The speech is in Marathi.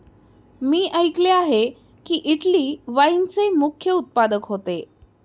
मी ऐकले आहे की, इटली वाईनचे मुख्य उत्पादक होते